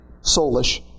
soulish